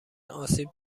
آسیب